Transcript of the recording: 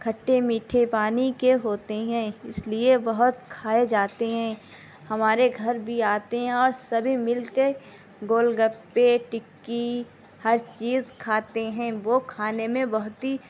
کٹھے میٹھے پانی کے ہوتے ہیں اس لیے بہت کھائے جاتے ہیں ہمارے گھر بھی آتے ہیں اور سبھی مل کے گول گپے ٹکی ہر چیز کھاتے ہیں وہ کھانے میں بہت ہی